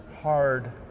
hard